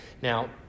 Now